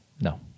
No